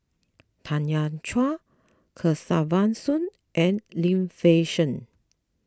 Tanya Chua Kesavan Soon and Lim Fei Shen